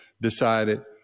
decided